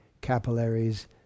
capillaries